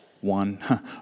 One